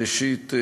ראשית,